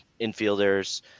infielders